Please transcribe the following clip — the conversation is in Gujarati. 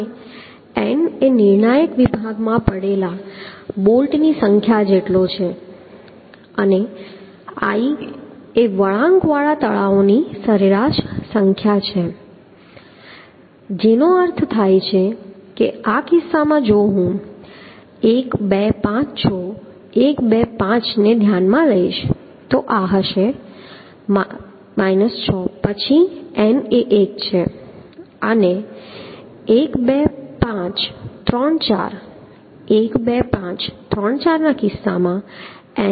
અને n એ નિર્ણાયક વિભાગમાં પડેલા બોલ્ટની સંખ્યા જેટલો છે અને i એ વળાંકવાળા તળાવોની સરેરાશ સંખ્યા છે જેનો અર્થ થાય છે કે આ કિસ્સામાં જો હું 1 2 5 6 1 2 5 ને ધ્યાનમાં લઈશ તો આ હશે 6 પછી n એ 1 છે અને 1 2 5 3 4 1 2 5 3 4 ના કિસ્સામાં n 2 છે